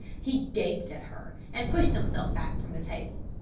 he gaped at her, and pushed himself back from the table.